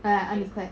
ya ya undeclared